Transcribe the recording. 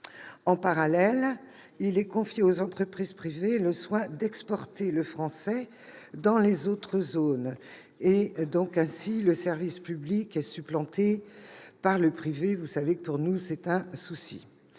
En parallèle, il est confié aux entreprises privées le soin d'exporter le français dans les autres zones. Encore une fois, le service public est supplanté par le privé. Vous le savez, pour notre groupe, c'est un